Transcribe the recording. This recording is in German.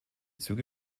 züge